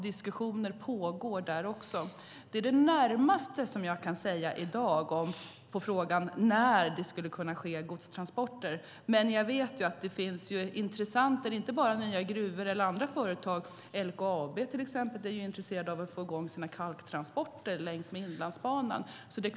Diskussioner pågår där också. Det är det närmaste jag kan säga i dag på frågan om när godstransporter kan ske. Jag vet att det finns intressenter, inte bara nya gruvor eller andra företag. LKAB, till exempel, är intresserat av att få i gång sina kalktransporter längs med Inlandsbanan.